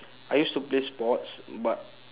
I used to play sports but